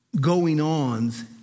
going-ons